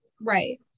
right